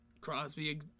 Crosby